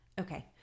Okay